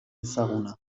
ezaguna